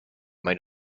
might